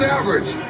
average